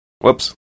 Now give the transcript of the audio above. Whoops